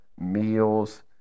meals